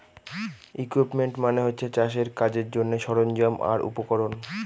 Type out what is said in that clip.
equipment মানে হচ্ছে চাষের কাজের জন্যে সরঞ্জাম আর উপকরণ